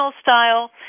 style